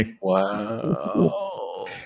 wow